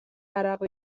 عرق